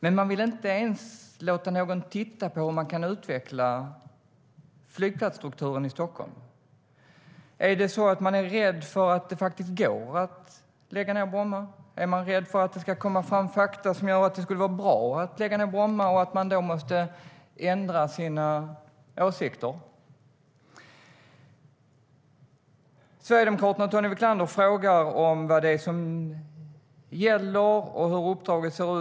Men man vill inte ens låta någon titta på om man kan utveckla flygplatsstrukturen i Stockholm. Är man rädd för att det faktiskt går att lägga ned Bromma? Är man rädd för att det ska komma fram fakta som gör att det skulle vara bra att lägga ned Bromma och att man då måste ändra sina åsikter? Sverigedemokraterna och Tony Wiklander frågar vad det är som gäller och hur uppdraget ser ut.